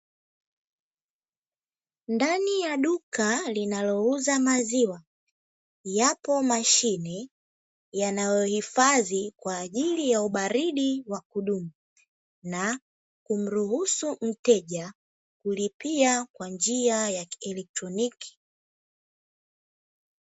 Ndani ya duka linalouza maziwa ,yapo mashine yanayohifadhi kwaajili ya ubaridi wa kudumu na kumruhusu mteja kulipia kwa njia ya kielectroniki.